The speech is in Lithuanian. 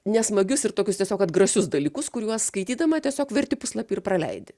nesmagius ir tokius tiesiog atgrasius dalykus kuriuos skaitydama tiesiog verti puslapį ir praleidi